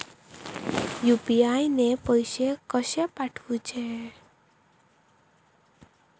UPI ने पैशे कशे पाठवूचे?